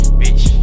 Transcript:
bitch